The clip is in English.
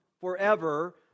forever